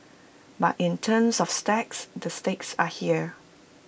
but in terms of stakes the stakes are here